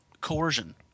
Coercion